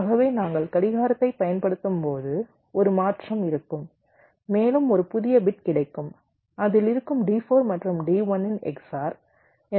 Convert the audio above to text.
ஆகவே நாங்கள் கடிகாரத்தைப் பயன்படுத்தும்போது ஒரு மாற்றம் இருக்கும் மேலும் ஒரு புதிய பிட் கிடைக்கும் அதில் இருக்கும் D4 மற்றும் D1 இன் XOR